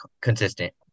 consistent